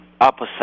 opposite